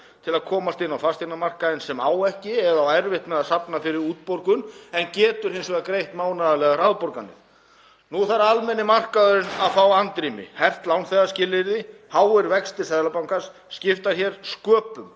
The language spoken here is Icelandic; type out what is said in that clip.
til að komast inn á fasteignamarkaðinn sem á ekki eða á erfitt með að safna fyrir útborgun en getur hins vegar greitt mánaðarlegar afborganir. Nú þarf almenni markaðurinn að fá andrými. Hert lánþegaskilyrði, háir vextir Seðlabankans skipta hér sköpum.